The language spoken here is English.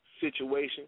situation